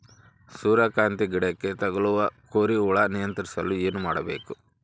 ಸೂರ್ಯಕಾಂತಿ ಗಿಡಕ್ಕೆ ತಗುಲುವ ಕೋರಿ ಹುಳು ನಿಯಂತ್ರಿಸಲು ಏನು ಮಾಡಬೇಕು?